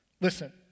Listen